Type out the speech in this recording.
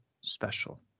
special